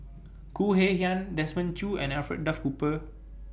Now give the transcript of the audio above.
Khoo Kay Hian Desmond Choo and Alfred Duff Cooper